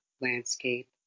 landscape